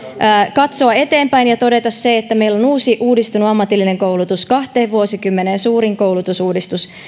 katsoa eteenpäin ja todeta se että meillä on uusi uudistunut ammatillinen koulutus kahteen vuosikymmeneen suurin koulutusuudistus